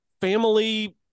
family